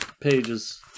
pages